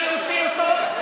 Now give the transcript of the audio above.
נא להוציא אותו.